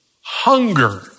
hunger